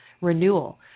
renewal